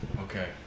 okay